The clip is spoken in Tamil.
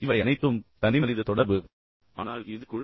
இப்போது இவை அனைத்தும் தனிமனித தொடர்பு ஆனால் இது குழு